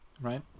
right